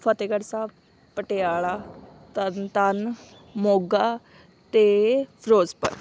ਫਤਿਹਗੜ੍ਹ ਸਾਹਿਬ ਪਟਿਆਲਾ ਤਰਨ ਤਾਰਨ ਮੋਗਾ ਅਤੇ ਫਿਰੋਜ਼ਪੁਰ